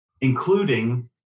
including